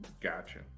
Gotcha